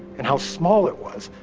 and how small it was,